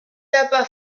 tapa